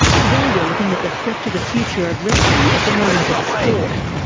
today we're looking at the threat to the future of wrestling as an olympic sport.